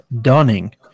Dunning